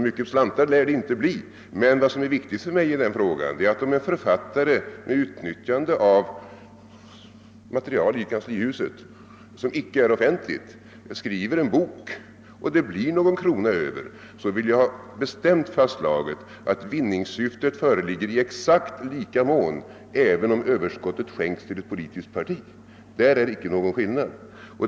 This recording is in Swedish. Men vad som är viktigt för mig är att få bestämt fastslaget att om en författare med ut nyttjande av icke offentligt material i kanslihuset skriver en bok och det blir någon krona över föreligger vinningssyfte, även om Överskottet skänks till ett politiskt parti. Där föreligger ingen skillnad.